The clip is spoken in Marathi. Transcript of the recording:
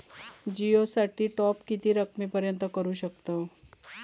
जिओ साठी टॉप किती रकमेपर्यंत करू शकतव?